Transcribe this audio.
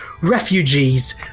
refugees